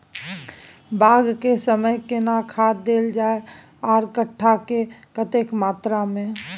बाग के समय केना खाद देल जाय आर कट्ठा मे कतेक मात्रा मे?